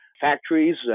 factories